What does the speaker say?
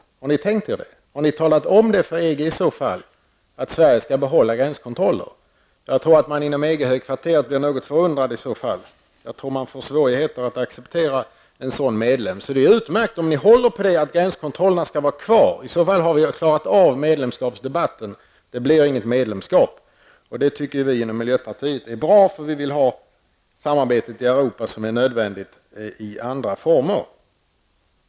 Har ni tänkt er det, och har ni i så fall talat om för EG att Sverige skall behålla gränskontroller? Jag tror att man inom EG högkvarteret då blir något förundrad, och jag tror att man får svårt att acceptera en sådan medlem. Så det är utmärkt om ni håller på att gränskontrollerna skall vara kvar. I så fall har vi klarat av medlemskapsdebatten. Det blir inget medlemskap, och det tycker vi inom miljöpartiet är bra, för det samarbete i Europa som är nödvändigt vill vi ha i andra former.